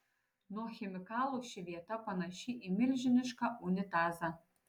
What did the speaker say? nuo chemikalų ši vieta panaši į milžinišką unitazą